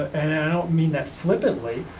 and i don't mean that flippantly,